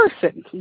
person